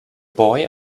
boy